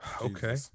Okay